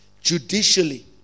judicially